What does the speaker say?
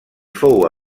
fou